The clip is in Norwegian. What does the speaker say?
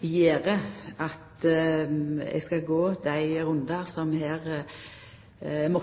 at eg skal gå dei rundane som eg må